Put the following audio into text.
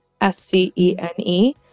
s-c-e-n-e